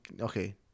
Okay